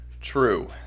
True